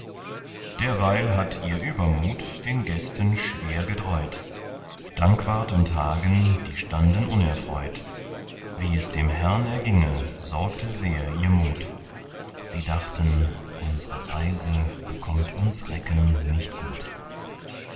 derweil hatt ihr übermut den gästen schwer gedräut dankwart und hagen die standen unerfreut wie es dem herrn erginge sorgte sehr ihr mut sie dachten unsre reise bekommt uns recken nicht gut